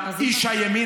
אשתדל